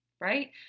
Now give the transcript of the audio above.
right